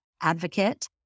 advocate